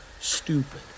stupid